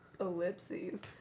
ellipses